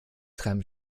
treiben